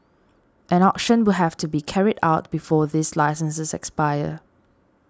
an auction will have to be carried out before these licenses expire